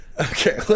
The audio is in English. okay